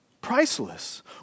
Priceless